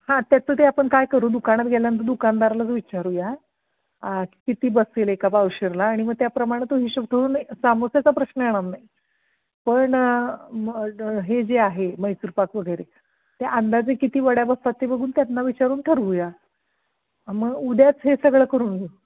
हां त्याचं ते आपण काय करू दुकानात गेल्यानंतर दुकानदारालाच विचारूया आ किती बसेल एका पावशेरला आणि मग त्याप्रमाणं तो हिशोब ठेवून समोसेचा प्रश्न येणार नाही पण मग द हे जे आहे म्हैसूरपाक वगैरे ते अंदाजे किती वड्या बसतात ते बघून त्यांना विचारून ठरवूया अ मग उद्याच हे सगळं करून घेऊ